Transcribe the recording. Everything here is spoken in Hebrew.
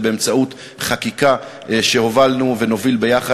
באמצעות חקיקה שהובלנו ונוביל יחד,